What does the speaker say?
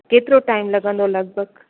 केतिरो टाइम लॻंदो लॻिभॻि